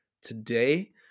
today